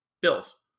bills